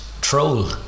troll